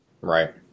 Right